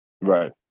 Right